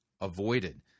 avoided